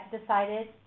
decided